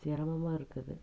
சிரமமா இருக்குது